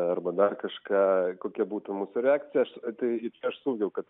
arba dar kažką kokia būtų mūsų reakcija aš tai aš suvokiau kad